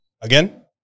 again